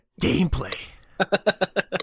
gameplay